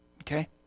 Okay